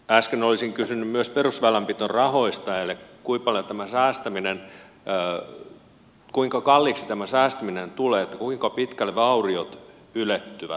äsken olisin kysynyt myös perusväylänpitorahoista eli siitä kuinka kalliiksi tämä säästäminen tulee kuinka pitkälle vauriot ylettyvät